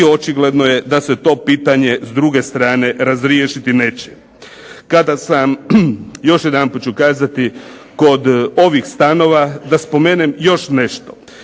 i očigledno je da se to pitanje s druge strane razriješiti neće. Kada sam, još jedanput ću kazati, kod ovih stanova, da spomenem još nešto.